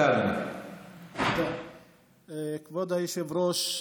כבוד היושב-ראש,